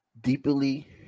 deeply